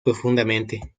profundamente